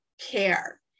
care